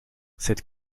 cette